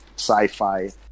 Sci-fi